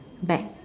bag